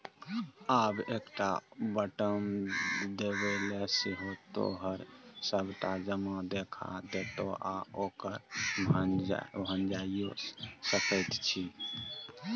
आब एकटा बटम देबेले सँ तोहर सभटा जमा देखा देतौ आ ओकरा भंजाइयो सकैत छी